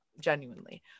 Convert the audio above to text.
genuinely